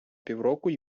півроку